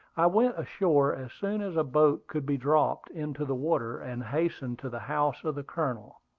i went ashore as soon as a boat could be dropped into the water, and hastened to the house of the colonel.